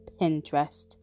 Pinterest